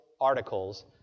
articles